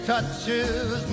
Touches